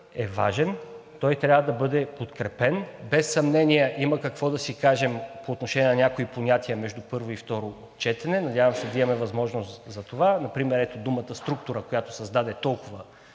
е важен, той трябва да бъде подкрепен. Без съмнение има какво да си кажем по отношение на някои понятия между първо и второ четене, надявам се да имаме възможност за това – например ето думата „структура“, която създаде толкова